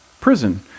prison